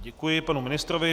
Děkuji panu ministrovi.